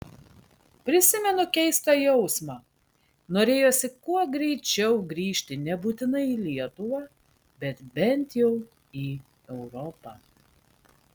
prisimenu keistą jausmą norėjosi kuo greičiau grįžti nebūtinai į lietuvą bet bent jau į europą